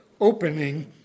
opening